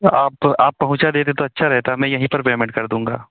आप आप पहुँचा देते तो अच्छा रहता मैं यहीं पर पेमेंट कर दूँगा